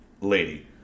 lady